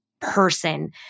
person